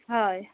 হয়